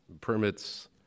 Permits